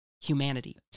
humanity